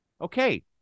okay